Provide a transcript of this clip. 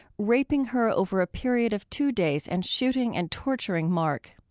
raping her over a period of two days and shooting and torturing mark.